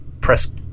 press